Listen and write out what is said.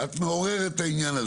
את מעוררת את העניין הזה.